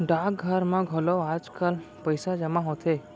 डाकघर म घलौ आजकाल पइसा जमा होथे